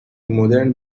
مدرن